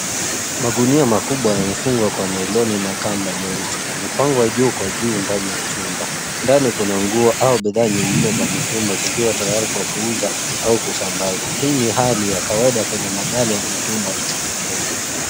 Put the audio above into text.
Magunia makubwa yamefungwa kwa nailoni na kamba nyeusi yamepangwa juu kwa juu ndani ya chumba. Ndani kuna nguo au bidhaa nyingine za mitumba zikiwa tayari kwa kuuza au kusambazwa. Hii ni hali ya kawaida kwenye maghala ya mitumba nchini Kenya.